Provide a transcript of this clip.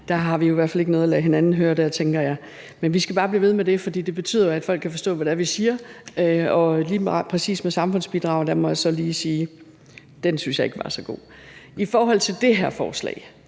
Der har vi i hvert fald ikke noget at lade hinanden høre, tænker jeg. Men vi skal bare blive ved med det, for det betyder jo, at folk kan forstå, hvad det er, vi siger. Lige præcis om samfundsbidraget må jeg så lige sige, at den synes jeg ikke var så god. I forhold til det her forslag